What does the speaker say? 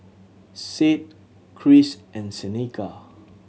Sade Cris and Seneca